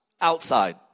outside